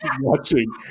watching